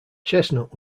chestnut